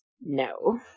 No